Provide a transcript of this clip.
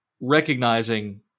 recognizing